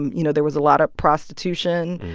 and you know, there was a lot of prostitution,